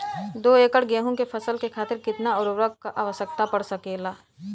दो एकड़ गेहूँ के फसल के खातीर कितना उर्वरक क आवश्यकता पड़ सकेल?